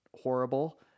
horrible